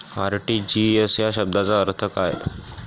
RTGS या शब्दाचा अर्थ काय?